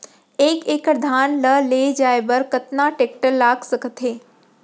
एक एकड़ धान ल ले जाये बर कतना टेकटर लाग सकत हे?